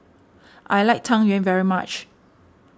I like Tang Yuen very much